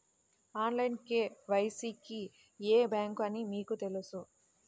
Online KYC కి ఏ bank అని మీకు తెలుసా?